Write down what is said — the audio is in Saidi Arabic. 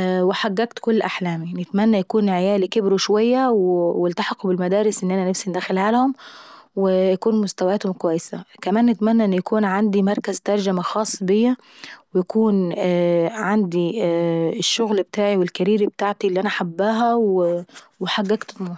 وحققت كل احلامي. نتمنى عيالي يكون كبروا شوية والتحقوا بالمدراس اللي انا نفسي اندخلهالهم ويكون مستواهم اكويس. وكمان نتمنى ان يكون عندي مركز ترجمة خاص بيا ويكون عندي الشغل ابتاعي والكارير ابتاعتي اللي انا حباها وحققت طموحاي.